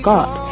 God